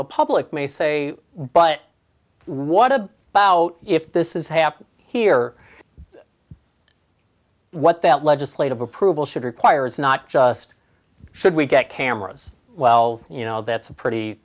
the public may say but what a bout if this is happen here what that legislative approval should require is not just should we get cameras well you know that's a pretty